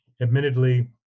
Admittedly